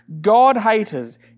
God-haters